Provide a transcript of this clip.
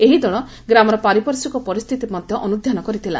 ଏହି ଦଳ ଗ୍ରାମର ପାରିପାର୍ଶ୍ୱିକ ପରିସ୍ଚିତି ମଧ୍ଧ ଅନୁଧ୍ଧାନ କରିଥିଲା